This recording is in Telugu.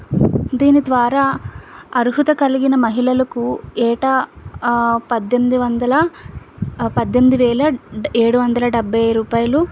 దీని ద్వారా అర్హత కలిగిన మహిళలకు ఏటా పద్దెనిమిది వందల పద్దెనిమిది వేల ఏడు వందల డెబ్బై రూపాయలు